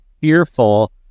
fearful